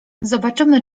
zobaczymy